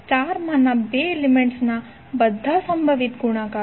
સ્ટારમાંના 2 એલિમેન્ટ્સના બધા સંભવિત ગુણાકારો